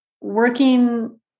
working